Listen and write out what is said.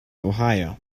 ohio